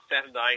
Saturday